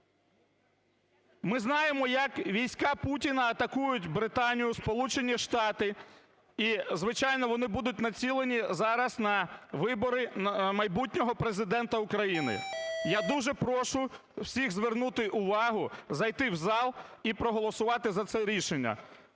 Ми знаємо, як війська Путіна атакують Британію, Сполучені Штати, і, звичайно, вони будуть націлені зараз на вибори майбутнього Президента України. Я дуже прошу всіх звернути увагу, зайти в зал і проголосувати за це рішення.